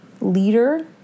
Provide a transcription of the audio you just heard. leader